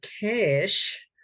cash